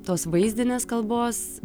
tos vaizdinės kalbos